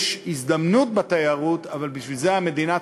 זאת אומרת שהביטוח הלאומי חוסך בזה שהוא דוחה